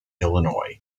illinois